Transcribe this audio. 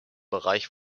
bereich